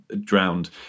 drowned